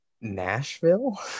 Nashville